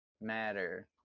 matter